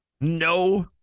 No